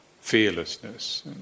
fearlessness